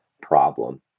problem